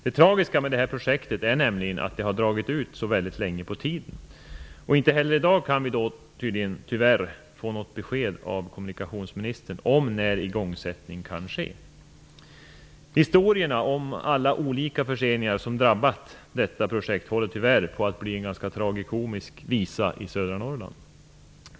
Det tragiska med det här projektet är nämligen att det har dragit ut så länge på tiden, och inte heller i dag kan vi tyvärr få något besked av kommunikationsministern om när igångsättning kan ske. Historierna om alla olika förseningar som drabbat detta projekt håller tyvärr på att bli en tragikomisk visa i södra Norrland.